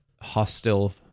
hostile